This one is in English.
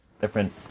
Different